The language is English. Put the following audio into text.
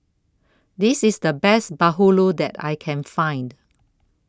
This IS The Best Bahulu that I Can Find